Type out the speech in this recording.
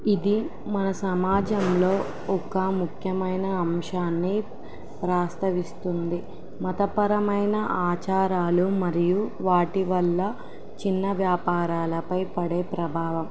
ఇది మన సమాజంలో ఒక ముఖ్యమైన అంశాన్ని ప్రస్తావిస్తుంది మతపరమైన ఆచారాలు మరియు వాటి వల్ల చిన్న వ్యాపారాలపై పడే ప్రభావం